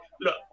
Look